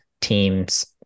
teams